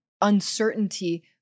uncertainty